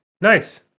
Nice